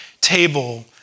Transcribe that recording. table